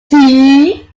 tea